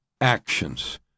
actions